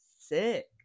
sick